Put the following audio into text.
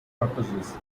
purposes